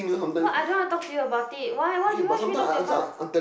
what I don't want to talk to you about it why do you why should we talk about